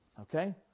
Okay